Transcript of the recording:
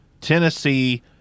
Tennessee